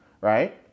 right